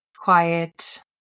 Quiet